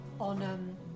on